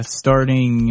starting